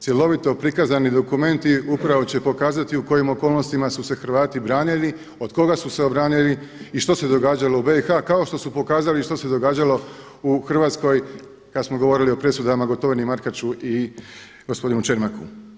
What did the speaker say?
Cjelovito prikazani dokumenti upravo će pokazati u kojim okolnostima su se Hrvati branili, od koga su se obranili i što se događalo u BiH kao što su pokazali i što se događalo u Hrvatskoj kad smo govorili o presudama Gotovini i Markaču i gospodinu Čermaku.